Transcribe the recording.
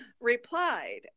replied